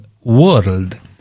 world